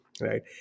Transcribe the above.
right